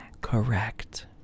Correct